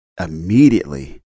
immediately